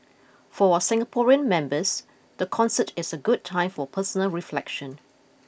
for our Singaporean members the concert is a good time for personal reflection